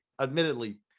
Admittedly